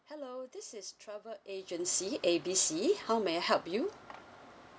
hello this is travel agency A B C how may I help you